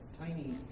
tiny